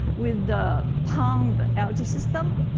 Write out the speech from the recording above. with the pond algae system.